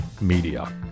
media